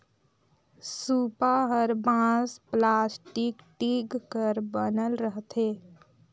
सूपा हर बांस, पलास्टिक, टीग कर बनल रहथे